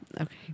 Okay